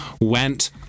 went